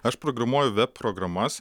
aš programuoju web programas